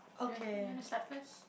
ya you want to start first